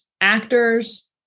actors